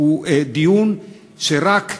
הוא דיון שרק,